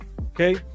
Okay